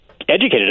educated